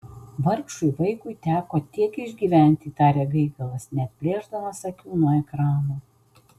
vargšui vaikui teko tiek išgyventi tarė gaigalas neatplėšdamas akių nuo ekrano